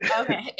okay